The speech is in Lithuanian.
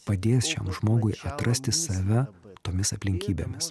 padės šiam žmogui atrasti save tomis aplinkybėmis